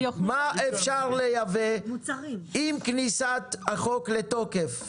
מה אפשר לייבא עם כניסת החוק לתוקף,